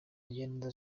mugiraneza